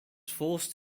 forced